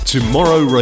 Tomorrow